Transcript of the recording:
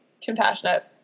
compassionate